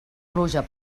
pluja